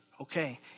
Okay